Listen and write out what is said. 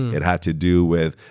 it had to do with